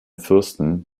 fürsten